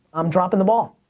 i'm dropping the ball.